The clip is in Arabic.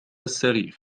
السرير